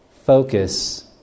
Focus